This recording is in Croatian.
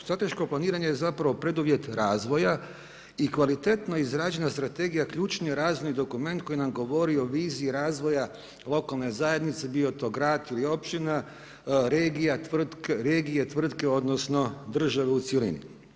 Strateško planiranje je preduvjet razvoja i kvalitetno izrađena strategija ključni je razvojni dokument koji nam govori o viziji razvoja lokalne zajednici, bio to grad ili općina, regija, tvrtke odnosno države u cjelini.